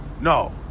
No